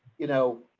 you know,